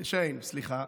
שֵיין, סליחה.